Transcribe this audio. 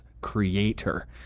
creator